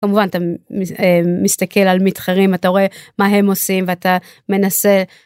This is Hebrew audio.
כמובן אתה מסתכל על מתחרים אתה רואה מה הם עושים ואתה מנסה.